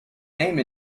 name